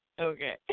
Okay